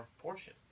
portion